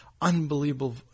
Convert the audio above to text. unbelievable